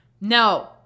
No